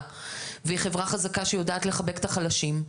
והיא חברה חזקה שיודעת לחבק את החלשים,